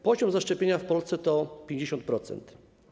Poziom zaszczepienia w Polsce to 50%.